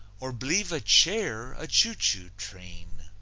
or b'lieve a chair a choo-choo train,